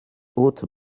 hautes